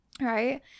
Right